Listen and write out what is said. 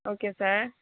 okay sir